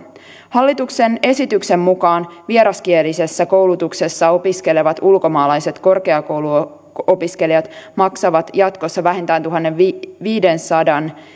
hallituksen esityksen mukaan vieraskielisessä koulutuksessa opiskelevat ulkomaalaiset korkeakouluopiskelijat maksavat jatkossa vähintään tuhannenviidensadan